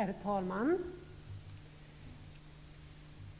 Herr talman!